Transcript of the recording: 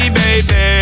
baby